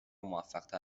موفقتر